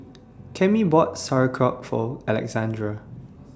Cammie bought Sauerkraut For Alexandre